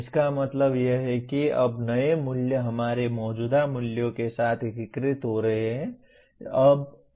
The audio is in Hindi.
इसका मतलब यह है कि अब नए मूल्य हमारे मौजूदा मूल्यों के साथ एकीकृत हो रहे हैं